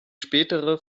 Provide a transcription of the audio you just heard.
spätere